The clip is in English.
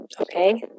Okay